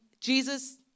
Jesus